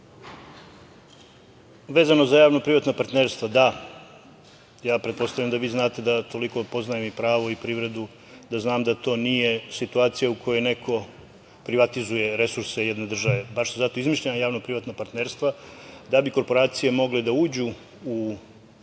Vezano za javno-privatna partnerstva, da, ja pretpostavljam da vi znate da toliko poznajem i pravo i privredu i da znam da to nije situacija u kojoj neko privatizuje resurse jedne države. Baš su zato izmišljena javno-privatna partnerstva, da bi korporacije mogle da uđu u